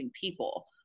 people